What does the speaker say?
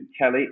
Kelly